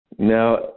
Now